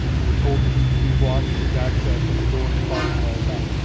we're told that enkidu blocked his access at the door of the father-in-law's house.